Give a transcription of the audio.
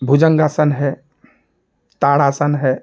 भुजंगासन है ताड़ासन है